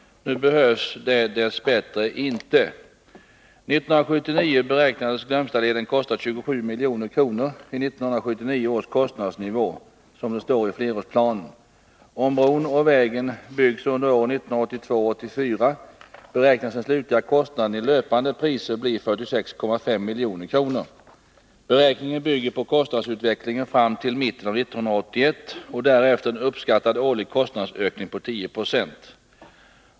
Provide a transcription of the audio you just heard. Nu behövs det dess bättre inte. 1979 beräknades Glömstaleden kosta 27 milj.kr. i 1979 års kostnadsnivå, som det står i flerårsplanen. Om bron och vägen byggs under åren 1982-1984, beräknas den slutliga kostnaden i löpande priser bli 46,5 milj.kr. Beräkningen bygger på kostnadsutvecklingen fram till mitten av 1981 och därefter en uppskattad årlig kostnadsökning på 10 26.